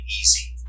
easy